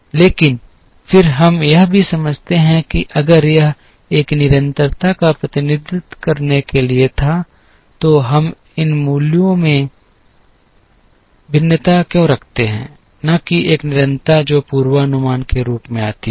लेकिन फिर हम यह भी समझते हैं कि अगर यह एक निरंतरता का प्रतिनिधित्व करने के लिए था तो हम इन मूल्यों में भिन्नता क्यों रखते हैं न कि एक ही निरंतरता जो पूर्वानुमान के रूप में आती है